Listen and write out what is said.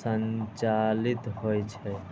संचालित होइ छै